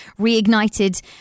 reignited